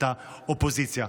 את האופוזיציה.